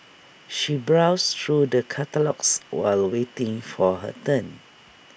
she browsed through the catalogues while waiting for her turn